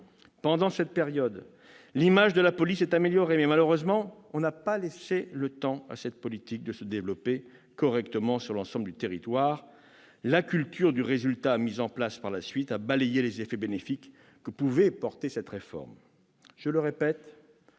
Pendant cette période, l'image de la police s'est améliorée. Hélas ! on n'a pas laissé le temps à cette politique de se développer correctement sur l'ensemble du territoire. La culture du résultat mise en place par la suite a balayé les effets bénéfiques que pouvait porter cette réforme. Je le répète,